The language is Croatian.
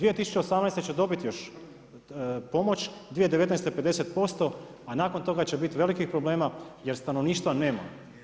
2018. će dobiti još pomoć, 2019. 50%, a nakon toga će biti velikih problema jer stanovništva nema.